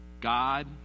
God